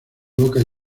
boca